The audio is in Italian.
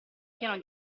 piano